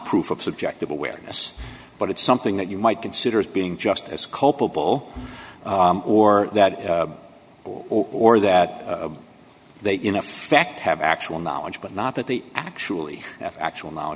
proof of subjective awareness but it's something that you might consider as being just as culpable or that or that they in effect have actual knowledge but not that they actually actual know